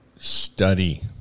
Study